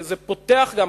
זה פותח גם,